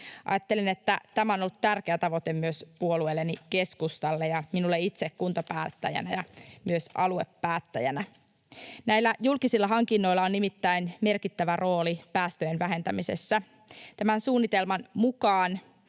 Ajattelen, että tämä on ollut tärkeä tavoite myös puolueelleni keskustalle ja minulle itselleni kuntapäättäjänä ja myös aluepäättäjänä. Näillä julkisilla hankinnoilla on nimittäin merkittävä rooli päästöjen vähentämisessä. Tämän suunnitelman mukaan